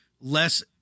less